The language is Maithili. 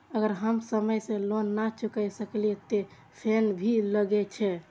अगर हम समय से लोन ना चुकाए सकलिए ते फैन भी लगे छै?